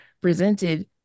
presented